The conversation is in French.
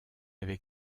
avec